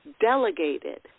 delegated